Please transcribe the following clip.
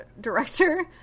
director